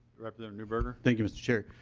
representative newberger thank you mr. chair.